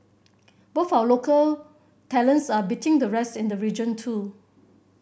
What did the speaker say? but our local talents are beating the rest in the region too